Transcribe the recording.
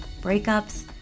breakups